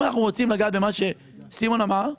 אם אנחנו רוצים לגעת במה שסימון אמר,